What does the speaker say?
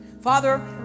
Father